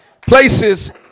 places